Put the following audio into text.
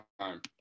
time